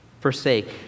forsake